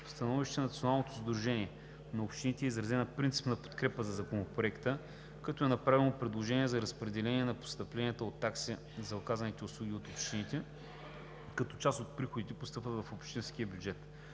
В становището на Националното сдружение на общините е изразена принципна подкрепа на Законопроекта, като е направено предложение за разпределение на постъпленията от таксите за оказани услуги от общините, като част от приходите постъпват в общинския бюджет.